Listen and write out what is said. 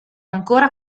ancora